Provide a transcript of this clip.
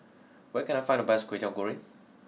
where can I find the best Kwetiau Goreng